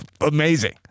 amazing